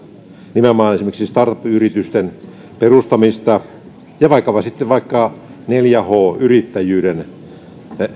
nimenomaan esimerkiksi startup yritysten perustamista ja vaikkapa neljä h yrittäjyyden